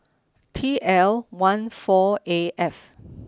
T L one four A F